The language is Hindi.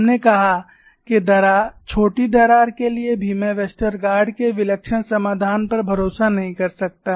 हमने कहा कि छोटी दरार के लिए भी मैं वेस्टरगार्ड के विलक्षण समाधान पर भरोसा नहीं कर सकता